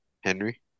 Henry